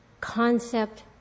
concept